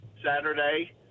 saturday